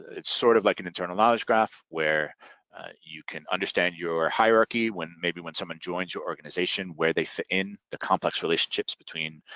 it's sort of like an internal knowledge graph where you can understand your hierarchy maybe when someone joins your organization, where they fit in, the complex relationships between